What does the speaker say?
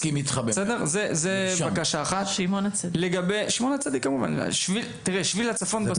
אותם מקומות כמו שביל הצפון,